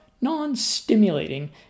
non-stimulating